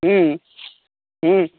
हूँ हूँ